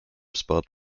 spot